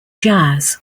jazz